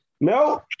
no